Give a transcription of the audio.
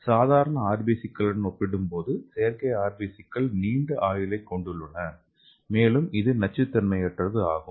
சாதாரண RBC களுடன் ஒப்பிடும்போது செயற்கை RBC க்கள் நீண்ட ஆயுளைக் கொண்டுள்ளன மேலும் இது நச்சுத்தன்மையற்றது ஆகும்